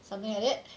something like that